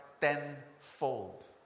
tenfold